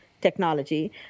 technology